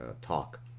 talk